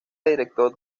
editor